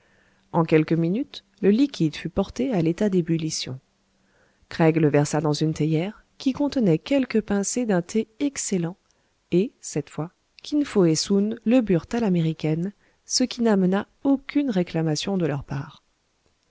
en quelques minutes le liquide fut porté à l'état d'ébullition craig le versa dans une théière qui contenait quelques pincées d'un thé excellent et cette fois kin fo et soun le burent à l'américaine ce qui n'amena aucune réclamation de leur part